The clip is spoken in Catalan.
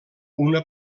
una